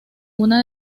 una